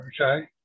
Okay